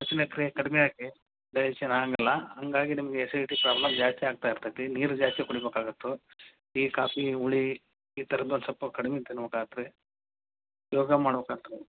ಪಚನ ಕ್ರಿಯೆ ಕಡಿಮೆಯಾಗಿ ಡೈಜೇಶನ್ ಆಗೊಂಗಿಲ್ಲ ಹಂಗಾಗಿ ನಿಮಗೆ ಆ್ಯಸಿಡಿಟಿ ಪ್ರಾಬ್ಲಮ್ ಜಾಸ್ತಿ ಆಗ್ತಾ ಇರ್ತತೆ ನೀರು ಜಾಸ್ತಿ ಕುಡಿಬೇಕಾಗತ್ತೆ ಟೀ ಕಾಫಿ ಹುಳಿ ಈ ಥರದ್ದು ಸ್ವಲ್ಪಕಡ್ಮೆ ತಿನ್ಬೇಕಾಗತ್ತೆ ರೀ ಯೋಗ ಮಾಡ್ಬೇಕಾಗತ್ತೆ ರೀ